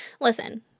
Listen